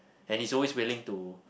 and he's always willing to